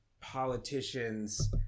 politicians